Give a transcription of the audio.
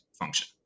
function